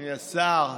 אדוני השר,